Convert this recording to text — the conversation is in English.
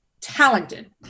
talented